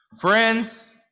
Friends